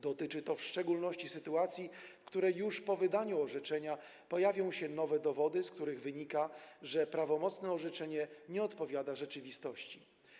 Dotyczy to szczególności sytuacji, w której już po wydaniu orzeczenia pojawią się nowe dowody, z których wynika, że prawomocne orzeczenie nie odpowiada rzeczywistości.